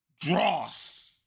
dross